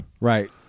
Right